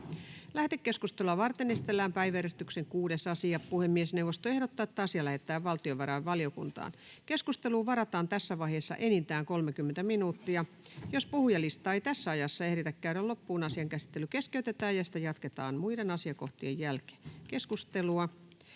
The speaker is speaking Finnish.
Lähetekeskustelua varten esitellään päiväjärjestyksen 5. asia. Puhemiesneuvosto ehdottaa, että asia lähetetään talousvaliokuntaan, jolle perustuslakivaliokunnan on annettava lausunto. Keskusteluun varataan tässä vaiheessa enintään 30 minuuttia. Jos puhujalistaa ei tässä ajassa ehditä käydä loppuun, asian käsittely keskeytetään ja sitä jatketaan muiden asiakohtien jälkeen. — Esittely,